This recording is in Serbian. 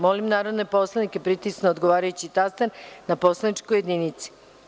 Molim narodne poslanike da pritisnu odgovarajući taster na poslaničkoj jedinici.